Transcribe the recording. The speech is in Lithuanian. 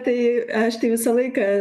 tai aš tai visą laiką